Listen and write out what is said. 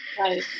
Right